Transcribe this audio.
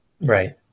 right